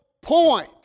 point